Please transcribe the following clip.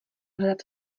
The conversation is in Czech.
hledat